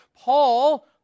Paul